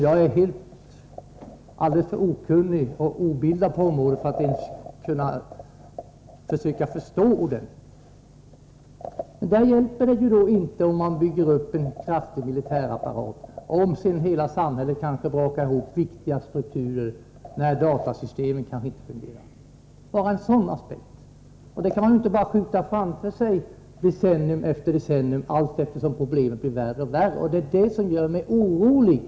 Jag är alldeles för okunnig och obildad på området för att ens försöka förstå det. Det hjälper inte om man bygger upp en kraftig militärapparat, om sedan viktiga strukturer och hela samhället brakar ihop när datasystemen inte fungerar. Tänk bara på en sådan aspekt! Man kan inte bara skjuta det här framför sig decennium efter decennium allteftersom problemen blir värre. Det är detta som gör mig orolig.